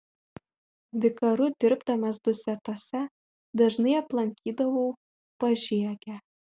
vikaru dirbdamas dusetose dažnai aplankydavau pažiegę